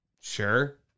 Sure